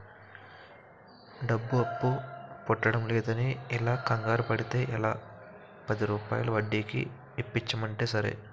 డబ్బు అప్పు పుట్టడంలేదని ఇలా కంగారు పడితే ఎలా, పదిరూపాయల వడ్డీకి ఇప్పించమంటే సరే